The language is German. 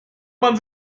man